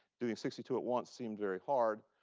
doing sixty two at once seemed very hard.